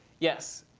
yes,